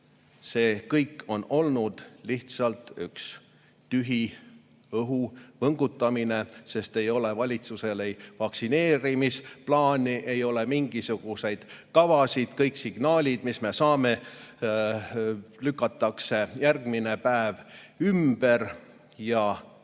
see kõik on olnud lihtsalt üks tühi õhu võngutamine, sest ei ole valitsusel ei vaktsineerimisplaani, ei ole mingisuguseid kavasid, kõik signaalid, mis me saame, lükatakse järgmine päev ümber ja